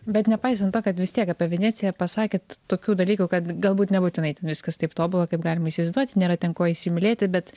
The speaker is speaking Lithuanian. bet nepaisant to kad vis tiek apie veneciją pasakėt tokių dalykų kad galbūt nebūtinai ten viskas taip tobula kaip galima įsivaizduoti nėra ten ko įsimylėti bet